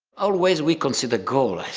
always we concede a goal,